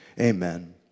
amen